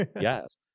Yes